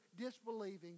disbelieving